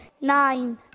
Nine